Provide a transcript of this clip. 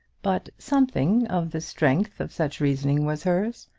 but something of the strength of such reasoning was hers.